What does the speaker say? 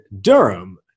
Durham